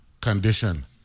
condition